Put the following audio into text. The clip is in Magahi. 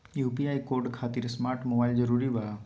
यू.पी.आई कोड खातिर स्मार्ट मोबाइल जरूरी बा?